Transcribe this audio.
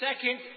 second